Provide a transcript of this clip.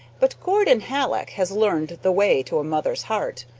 but gordon hallock has learned the way to a mother's heart.